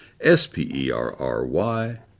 S-P-E-R-R-Y